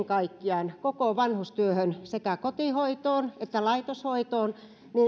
kaikkiaan koko vanhustyöhön sekä kotihoitoon että laitoshoitoon